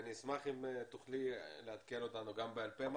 אני אשמח אם תוכלי לעדכן אותנו גם בעל פה מה